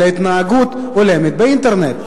על התנהגות הולמת באינטרנט.